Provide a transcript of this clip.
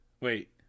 Wait